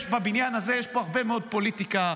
יש בבניין הזה הרבה מאוד פוליטיקה,